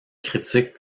critiques